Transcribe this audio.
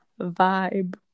vibe